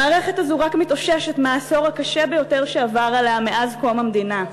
המערכת הזאת רק מתאוששת מהעשור הקשה ביותר שעבר עליה מאז קום המדינה,